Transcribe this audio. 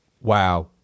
wow